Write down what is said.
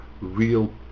real